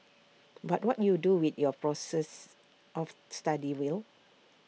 but what you do with your process of study will